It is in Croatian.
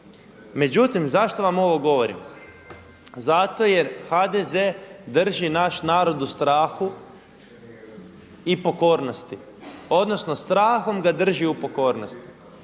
Međutim, zašto vam ovo govorim? Zato jer HDZ drži naš narod u strahu i pokornosti, odnosno strahom ga drži u pokornosti.